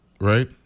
right